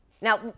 Now